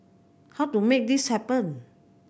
how to make this happen